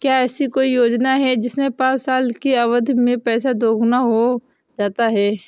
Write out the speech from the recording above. क्या ऐसी कोई योजना है जिसमें पाँच साल की अवधि में पैसा दोगुना हो जाता है?